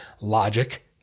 logic